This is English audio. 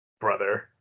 brother